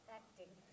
acting